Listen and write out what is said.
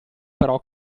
però